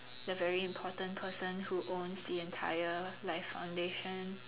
the very important person who owns the entire life foundation